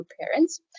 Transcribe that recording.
parents